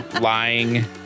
lying